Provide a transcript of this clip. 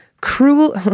Cruel